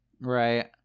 Right